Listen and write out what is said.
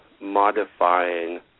modifying